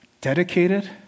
dedicated